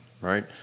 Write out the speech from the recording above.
right